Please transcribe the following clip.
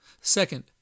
Second